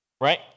right